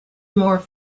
more